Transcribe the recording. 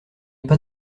pas